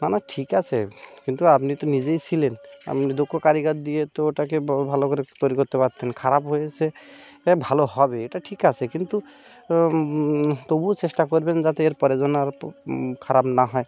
না না ঠিক আছে কিন্তু আপনি তো নিজেই ছিলেন আপনি দক্ষ কারিগর দিয়ে তো ওটাকে ভা ভালো করে তৈরি করতে পারতেন খারাপ হয়েছে হ্যাঁ ভালো হবে এটা ঠিক আছে কিন্তু তবুও চেষ্টা করবেন যাতে এরপরে যেন আর খারাপ না হয়